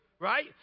Right